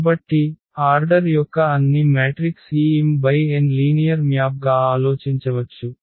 కాబట్టి ఆర్డర్ యొక్క అన్ని మ్యాట్రిక్స్ ఈ m × n లీనియర్ మ్యాప్ గా ఆలోచించవచ్చు